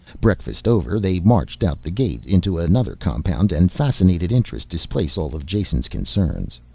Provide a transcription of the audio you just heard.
breakfast over they marched out the gate into another compound and fascinated interest displaced all of jason's concerns.